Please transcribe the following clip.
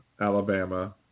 Alabama